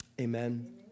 amen